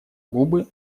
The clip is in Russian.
губы